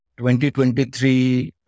2023